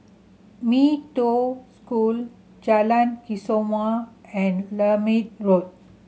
Mee Toh School Jalan Kesoma and Lermit Road